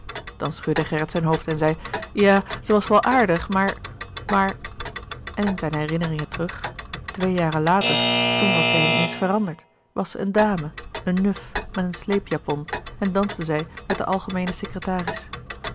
dan schudde gerrit zijn hoofd en zei ja ze was wel aardig maar maar en in zijne herinneringen terug twee jaren later toen was zij in eens veranderd was zij een dame een nuf met een sleepjapon en danste zij met den algemeenen secretaris